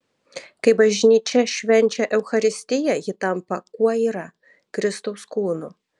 kai bažnyčia švenčia eucharistiją ji tampa kuo yra kristaus kūnu